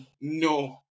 No